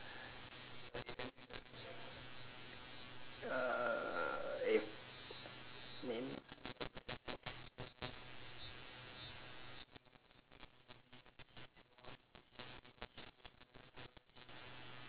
eh Nene